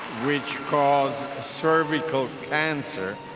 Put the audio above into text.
which cause cervical cancer,